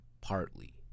partly